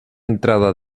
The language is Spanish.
entrada